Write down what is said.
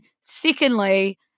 secondly